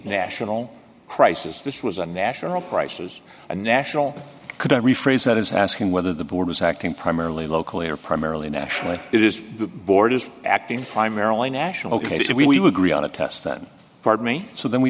national crisis this was a national crisis a national could i rephrase that is asking whether the board is acting primarily locally or primarily nationally it is the board is acting primarily national ok so we agree on a test that pardon me so that we